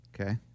Okay